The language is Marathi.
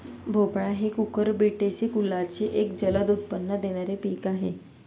भोपळा हे कुकुरबिटेसी कुलाचे एक जलद उत्पन्न देणारे पीक आहे